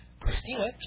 Christina